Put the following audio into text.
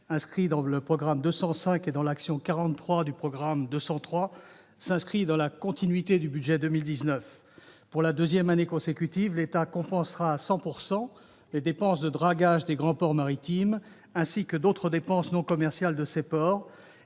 figurant dans le programme 205 et dans l'action n° 43 du programme 203, s'inscrit dans la continuité de la loi de finances pour 2019. Pour la deuxième année consécutive, l'État compensera à 100 % les dépenses de dragage des grands ports maritimes, ainsi que d'autres dépenses non commerciales de ces ports.